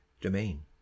domain